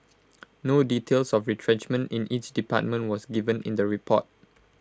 no details of retrenchment in each department was given in the report